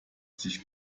sich